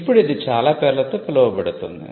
ఇప్పుడు ఇది చాలా పేర్లతో పిలువబడుతుంది